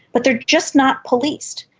but they are just not policed.